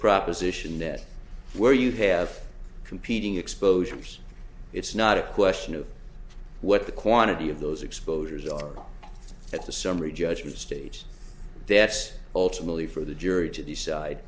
proposition that where you have competing exposures it's not a question of what the quantity of those exposures are at the summary judgment stage that's ultimately for the jury to decide